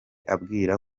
abwira